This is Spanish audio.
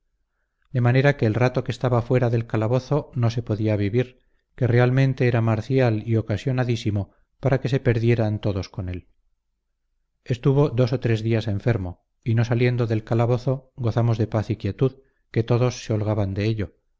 de manera que el rato que estaba fuera del calabozo no se podía vivir que realmente era marcial y ocasionadísimo para que se perdieran todos con él estuvo dos o tres días enfermo y no saliendo del calabozo gozamos de paz y quietud que todos se holgaban de ello